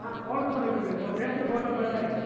ஆ phone number இருக்குதுங்க இப்போ பேசுகிற ஃபோன் நம்பரே தாங்க